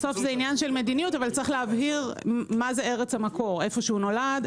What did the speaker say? בסוף זה עניין מדיניות אבל יש להבהיר מה זה ארץ המקור איפה שנולד.